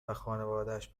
خانوادش